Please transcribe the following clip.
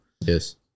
Yes